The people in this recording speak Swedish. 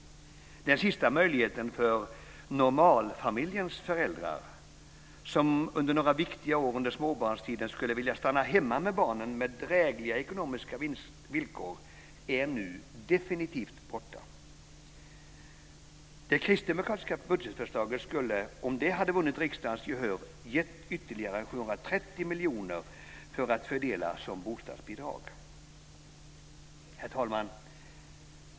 Den sista möjligheten för normalfamiljens föräldrar som under några viktiga år under småbarnstiden skulle vilja stanna hemma med barnen med drägliga ekonomiska villkor är nu definitivt borta. Det kristdemokratiska budgetförslaget skulle, om det hade vunnit riksdagens gehör, gett ytterligare Herr talman!